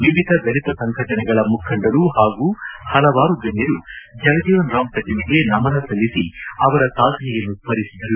ವಿವಿಧ ದಲಿತ ಸಂಘಟನೆಗಳ ಮುಖಂಡರು ಪಾಗೂ ಪಲವಾರು ಗಣ್ಣರು ಜಗಜೀವನರಾಂ ಪ್ರತಿಮೆಗೆ ನಮನ ಸಲ್ಲಿಸಿ ಅವರ ಸಾಧನೆಯನ್ನು ಸ್ಮರಿಸಿದರು